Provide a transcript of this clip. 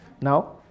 now